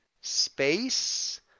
space